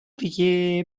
دیگه